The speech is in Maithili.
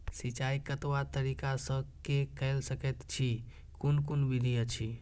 सिंचाई कतवा तरीका स के कैल सकैत छी कून कून विधि अछि?